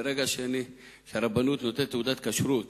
שברגע שהרבנות נותנת תעודת כשרות